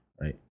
right